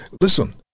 listen